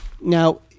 Now